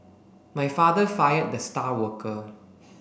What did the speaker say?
my father fired the star worker